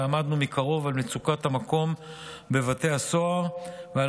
ועמדנו מקרוב על מצוקת המקום בבתי הסוהר ועל